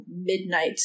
midnight